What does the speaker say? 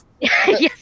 Yes